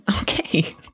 Okay